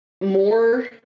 more